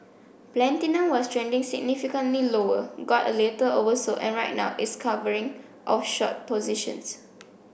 platinum was trending significantly lower got a little oversold and right now it's covering of short positions